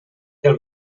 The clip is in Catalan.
del